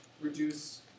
reduce